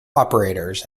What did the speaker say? operators